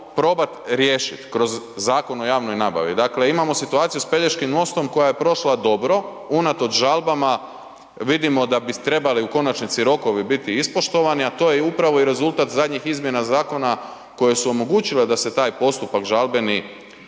probat riješit kroz Zakon o javnoj nabavi. Dakle, imamo situaciju s Pelješkim mostom koja je prošla dobro unatoč žalbama vidimo da bi trebali u konačnici rokovi biti ispoštovani, a to je upravo i rezultat zadnjih izmjena zakona koje su omogućile da se taj postupak žalbeni